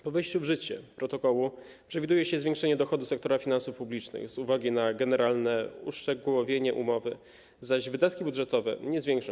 Po wejściu w życie protokołu przewiduje się zwiększenie dochodu sektora finansów publicznych z uwagi na generalne uszczegółowienie umowy, zaś wydatki budżetowe się nie zwiększą.